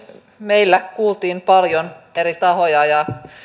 meillä kuultiin paljon eri tahoja ja